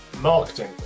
marketing